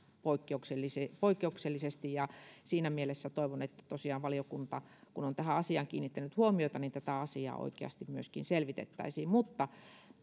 poikkeuksellisesti ja siinä mielessä toivon että tosiaan valiokunta kun on tähän asiaan kiinnittänyt huomiota tätä asiaa oikeasti myöskin selvitettäisiin